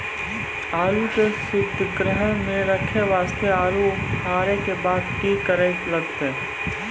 आलू के सीतगृह मे रखे वास्ते आलू उखारे के बाद की करे लगतै?